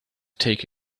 take